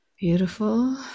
Beautiful